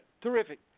terrific